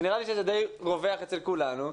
ונראה לי שזה די רווח אצל כולנו,